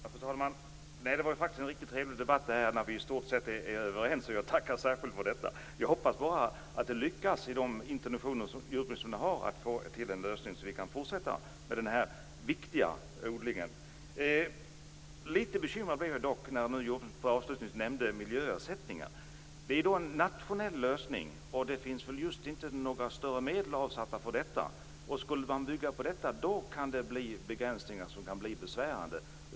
Fru talman! Det här var ju faktiskt en riktigt trevlig debatt när vi i stort sett är överens, och jag tackar särskilt för detta. Jag hoppas bara att det lyckas i de intentioner som jordbruksministern har att få till en lösning, så att vi kan fortsätta med den här viktiga odlingen. Lite bekymrad blir jag dock när jordbruksministern avslutningsvis nämnde miljöersättningar. Det är en nationell lösning, och det finns väl just inte några större medel avsatta för detta. Skulle man bygga på detta kan det bli begränsningar som kan bli besvärande.